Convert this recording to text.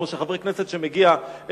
כמו שחבר הכנסת שמגיע לארצות-הברית,